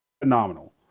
phenomenal